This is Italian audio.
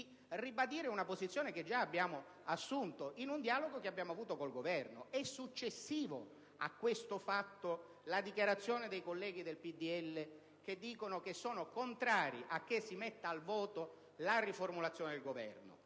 di ribadire una posizione che già abbiamo assunto in un dialogo che abbiamo avuto con il Governo. È successiva a questo fatto la dichiarazione dei colleghi del PdL che dicono di essere contrari a che si metta ai voti la riformulazione del Governo.